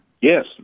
Yes